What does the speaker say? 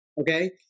okay